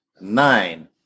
Nine